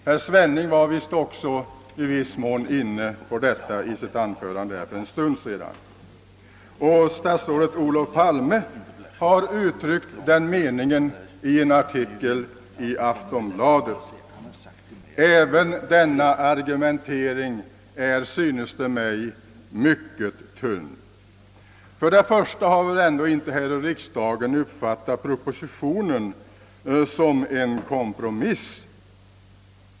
Herr Svenning var i viss mån inne på detta i sitt anförande för en stund sedan, och statsrådet Olof Palme har uttryckt samma mening i en artikel i Aftonbladet. även denna argumentering synes mig mycket tunn. För det första har väl inte riksdagsledamöterna uppfattat propositionen som en kompromiss.